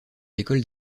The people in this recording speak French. l’école